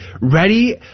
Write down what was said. ready